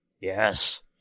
Yes